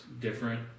different